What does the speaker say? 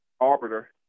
arbiter